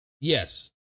Yes